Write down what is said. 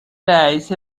رئیس